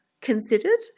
considered